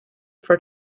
for